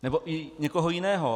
Nebo i někoho jiného.